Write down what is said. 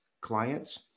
clients